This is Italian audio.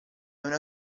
una